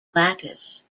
lattice